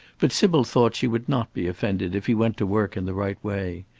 but sybil thought she would not be offended if he went to work in the right way.